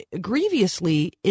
grievously